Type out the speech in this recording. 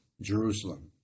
Jerusalem